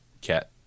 cat